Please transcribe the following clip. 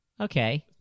Okay